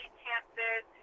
chances